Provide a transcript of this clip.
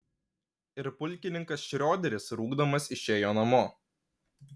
ir pulkininkas šrioderis rūgdamas išėjo namo